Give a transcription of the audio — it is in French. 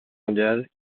mondiale